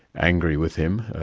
angry with him,